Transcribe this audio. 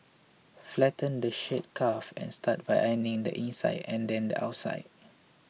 flatten the shirt cuff and start by ironing the inside and then the outside